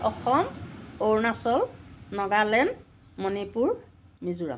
Assam Arunachal Nagaland Manipur Mizoram